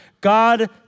God